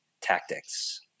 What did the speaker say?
tactics